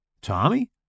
Tommy